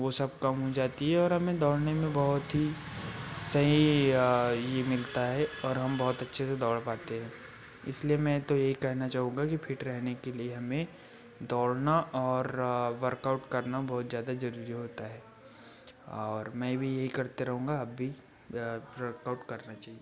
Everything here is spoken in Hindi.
वो सब कम हो जाती है और हमें दौड़ने में बहुत ही सही ये मिलता है और हम बहुत अच्छे से दौड़ पाते हैं इसलिए मैं तो यही कहना चाहूँगा कि फिट रहने के लिए हमें दौड़ना और वर्कआउट करना बहुत ज़्यादा ज़रूरी होता है और मैं भी यही करते रहूँगा आप भी वर्कआउट करना चाहिए